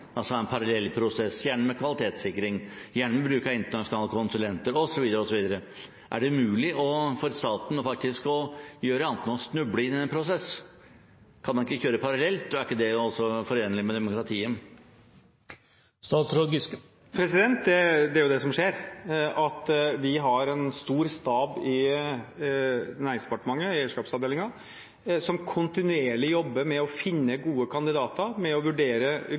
altså en parallell prosess, gjerne med kvalitetssikring, gjerne med bruk av internasjonale konsulenter, osv. Er det umulig for staten faktisk å gjøre annet enn å snuble i denne prosessen? Kan man ikke kjøre parallelt, og er ikke det også forenlig med demokratiet? Det er jo det som skjer. Vi har en stor stab i Næringsdepartementet, eierskapsavdelingen, som kontinuerlig jobber med å finne og vurdere gode kandidater, med å